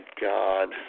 God